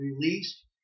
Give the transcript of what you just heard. released